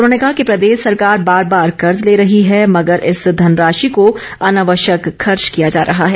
उन्होंने कहा कि प्रदेश सरकार बार बार कर्ज़ ले रही है मगर इस धनराशि को अनावश्यक खर्च किया जा रहा है